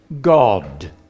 God